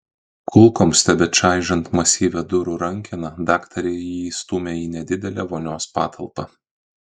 kulkoms tebečaižant masyvią durų rankeną daktarė jį įstūmė į nedidelę vonios patalpą